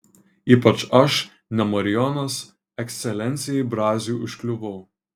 ypač aš ne marijonas ekscelencijai braziui užkliuvau